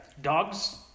Dogs